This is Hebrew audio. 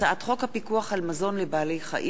הצעת חוק הפיקוח על מזון לבעלי-חיים,